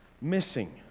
missing